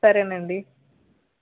సరే అండి